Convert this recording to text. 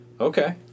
Okay